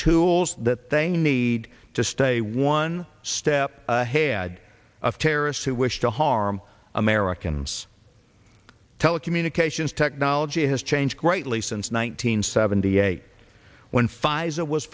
tools that they need to stay one step ahead of terrorists who wish to harm americans telecommunications technology has changed greatly since one nine hundred seventy eight when pfizer was